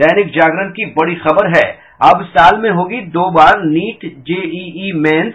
दैनिक जागरण की बड़ी खबर है अब साल में होगी दो बार नीट जेईई मेंस